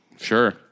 Sure